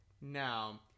Now